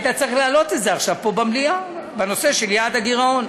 היית צריך להעלות את זה עכשיו פה במליאה בנושא של יעד הגירעון.